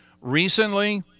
Recently